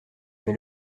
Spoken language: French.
mais